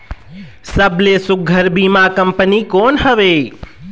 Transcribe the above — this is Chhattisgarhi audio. सबले सुघ्घर बीमा कंपनी कोन हवे?